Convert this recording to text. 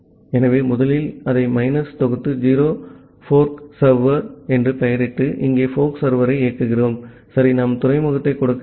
ஆகவே முதலில் அதை மைனஸ் தொகுத்து ஓ ஃபோர்க்சர்வர் என்று பெயரிட்டு இங்கே ஃபோர்க்சர்வரை இயக்குகிறோம் சரி நாம் துறைமுகத்தை கொடுக்க வேண்டும்